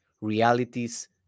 realities